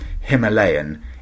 Himalayan